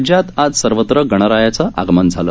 राज्यात आज सर्वत्र गणरायाचं आगमन झालं